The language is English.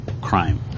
crime